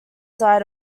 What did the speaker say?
died